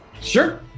Sure